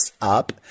up